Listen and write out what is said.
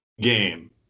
game